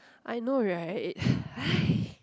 I know right